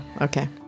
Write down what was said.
Okay